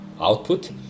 output